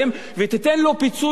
ותיתן לו פיצוי נאות